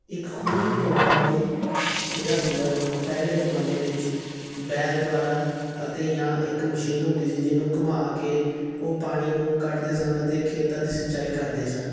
ਇਕ ਖੂਹ ਤੋਂ ਪਾਣੀ ਜਿਹੜਾ ਸੀਗਾ ਲੋਕ ਪਹਿਲੇ ਜਮਾਨੇ ਵਿੱਚ ਬੈਲ ਦੁਆਰਾ ਅਤੇ ਜਾਂ ਇੱਕ ਮਸ਼ੀਨ ਹੁੰਦੀ ਸੀ ਜਿਹਨੂੰ ਘੁੰਮਾ ਕੇ ਉਹ ਪਾਣੀ ਨੂੰ ਕੱਢਦੇ ਸਨ ਅਤੇ ਖੇਤਾਂ ਦੀ ਸਿੰਚਾਈ ਕਰਦੇ ਸਨ